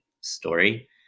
story